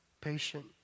patient